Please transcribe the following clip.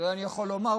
את זה אני יכול לומר,